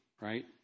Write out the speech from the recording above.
right